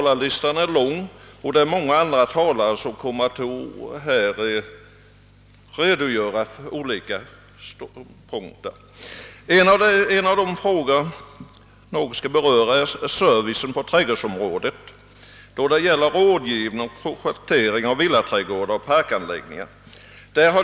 Talarlistan är lång och många andra talare kommer att här redogöra för olika ståndpunkter. En av de frågor jag något skall beröra är servicen på trädgårdsområdet, då det gäller rådgivning och projektering av villaträdgårdar och parkanläggningar.